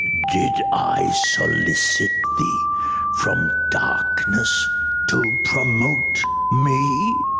did i solicit thee from darkness to promote me?